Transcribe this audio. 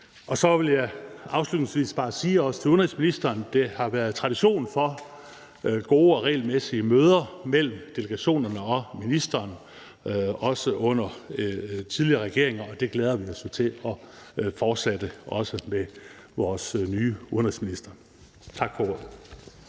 Så vil jeg afslutningsvis bare til udenrigsministeren sige, at der har været tradition for gode og regelmæssige møder mellem delegationerne og ministeren, også under tidligere regeringer, og det glæder vi os jo også til at fortsætte med vores nye udenrigsminister. Tak for